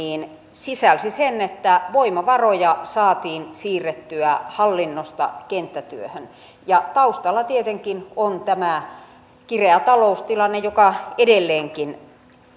sisälsi sen että voimavaroja saatiin siirrettyä hallinnosta kenttätyöhön taustalla tietenkin on tämä kireä taloustilanne joka edelleenkin